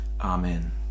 Amen